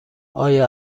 آیا